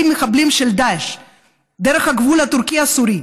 מחבלים של דאעש דרך הגבול הטורקי הסורי.